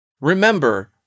Remember